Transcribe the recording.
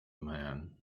man